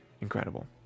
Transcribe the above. incredible